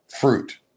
fruit